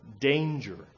danger